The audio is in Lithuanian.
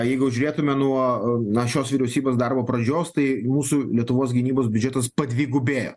jeigu žiūrėtume nuo nuo šios vyriausybės darbo pradžios tai mūsų lietuvos gynybos biudžetas padvigubėjo